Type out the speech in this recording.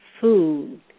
food